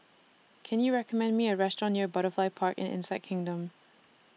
Can YOU recommend Me A Restaurant near Butterfly Park and Insect Kingdom